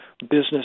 business